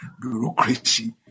bureaucracy